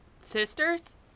sisters